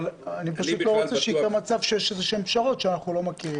-- אבל פשוט לא רוצה שיקרה מצב שיש איזשהן פשרות שאנחנו לא מכירים.